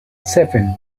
seven